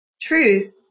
truth